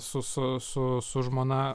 su su su su žmona